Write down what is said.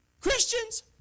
Christians